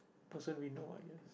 person we know I guess